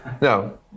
No